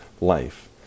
life